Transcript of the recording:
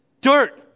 dirt